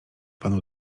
panu